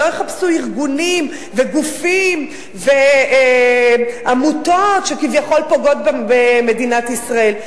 שלא יחפשו ארגונים וגופים ועמותות שכביכול פוגעים במדינת ישראל.